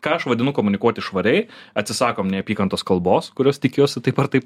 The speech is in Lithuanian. ką aš vadinu komunikuoti švariai atsisakom neapykantos kalbos kurios tikiuosi taip ar taip